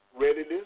readiness